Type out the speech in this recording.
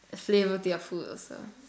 a flavour to your food also